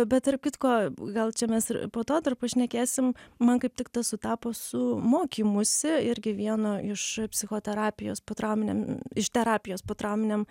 bet tarp kitko gal čia mes ir po to dar pašnekėsim man kaip tik tas sutapo su mokymusi irgi vieno iš psichoterapijos potrauminiam iš terapijos potrauminiam